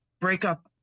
breakup